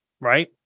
right